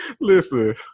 Listen